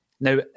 Now